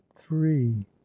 three